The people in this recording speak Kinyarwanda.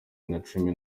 nacumi